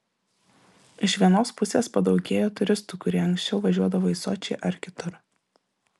iš vienos pusės padaugėjo turistų kurie anksčiau važiuodavo į sočį ar kitur